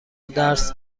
درس